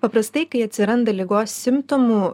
paprastai kai atsiranda ligos simptomų